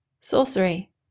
Sorcery